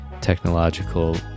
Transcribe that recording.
technological